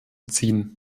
ziehen